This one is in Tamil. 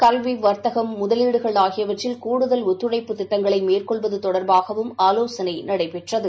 கல்வி வர்த்தகம் முதலீடுகள் ஆகியவற்றில் கூடுதல் ஒத்துழைப்பு திட்டங்களை மேற்கொள்ளுவது தொடர்பாகவும் ஆலோசனை நடைபெற்றுது